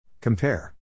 Compare